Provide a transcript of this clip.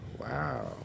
wow